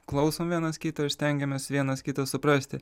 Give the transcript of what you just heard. klausom vienas kito ir stengiamės vienas kitą suprasti